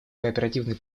кооперативный